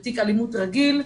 בתיק אלימות רגיל.